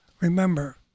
Remember